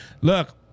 look